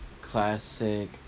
classic